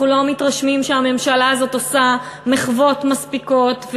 אנחנו לא מתרשמים שהממשלה הזאת עושה מחוות מספיקות,